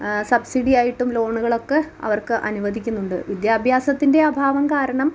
subsidy ആയിട്ടും ലോണുകളക്കെ അവർക്ക് അനുവദിക്കുന്നുണ്ട് വിദ്യാഭ്യാസത്തിൻ്റെ അഭാവം കാരണം